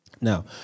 now